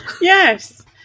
yes